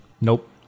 Nope